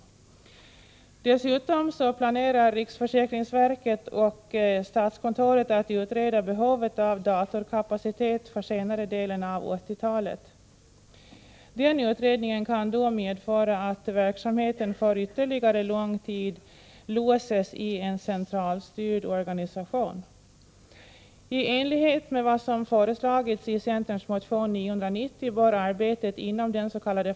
Dessutom planerar riksförsäkringsverket och statskontoret att utreda behovet av datorkapacitet för senare delen av 1980-talet. Den utredningen kan medföra att verksamheten för ytterligare lång tid låses i en centralstyrd organisation. I enlighet med vad som föreslagits i centerns motion nr 990 bör arbetet inom den s.k.